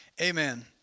Amen